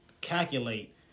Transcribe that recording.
calculate